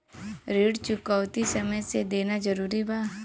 ऋण चुकौती समय से देना जरूरी बा?